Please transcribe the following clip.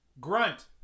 Grunt